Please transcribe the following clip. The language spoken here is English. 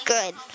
Good